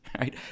right